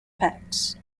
packs